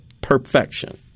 perfection